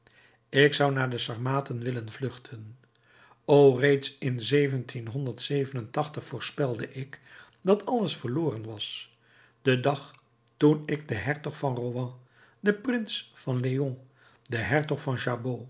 ik zou naar de sarmaten willen vluchten o reeds in voorspelde ik dat alles verloren was den dag toen ik den hertog van rohan den prins van leon den hertog van